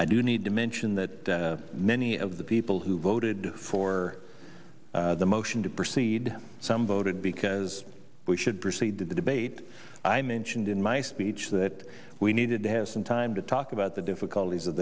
i do need to mention that many of the people who voted for the motion to proceed some voted because we should proceed to the debate i mentioned in my speech that we needed to have some time to talk about the difficulties o